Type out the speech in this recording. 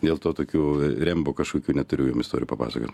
dėl to tokių rembo kažkokių neturiu jum istorijų papasakot